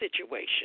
situation